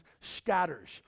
scatters